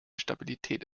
stabilität